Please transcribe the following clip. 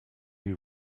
new